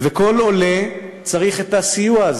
וכל עולה צריך את הסיוע הזה,